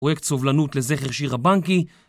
פרוייקט סובלנות לזכר שירה בנקי